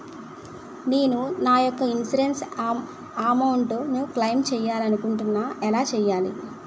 నేను నా యెక్క ఇన్సురెన్స్ అమౌంట్ ను క్లైమ్ చేయాలనుకుంటున్నా ఎలా చేయాలి?